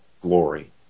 glory